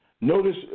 notice